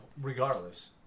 regardless